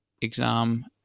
exam